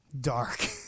Dark